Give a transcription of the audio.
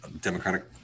Democratic